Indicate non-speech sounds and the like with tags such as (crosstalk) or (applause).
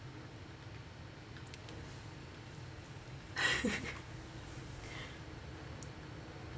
(laughs)